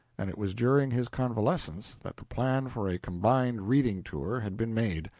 and it was during his convalescence that the plan for a combined reading-tour had been made.